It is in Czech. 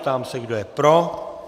Ptám se, kdo je pro.